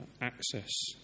access